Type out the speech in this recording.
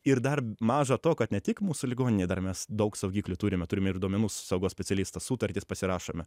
ir dar maža to kad ne tik mūsų ligoninė dar mes daug saugiklių turime turime ir duomenų saugos specialistas sutartis pasirašome